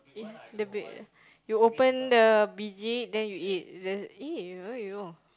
eh the b~ you open the biji then you eat the !ee! !aiyo!